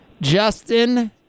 Justin